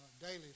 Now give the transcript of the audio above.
daily